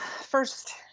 first